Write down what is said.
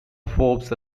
forbes